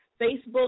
Facebook